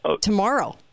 tomorrow